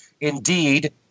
Indeed